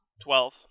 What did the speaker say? Twelve